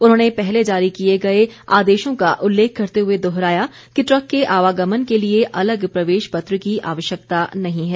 उन्होंने पहले जारी किये गये आदेशों का उल्लेख करते हुए दोहराया कि ट्रक के आवागमन के लिए अलग प्रवेश पत्र की आवश्यकता नहीं है